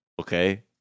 okay